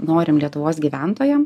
norim lietuvos gyventojam